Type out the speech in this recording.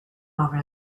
over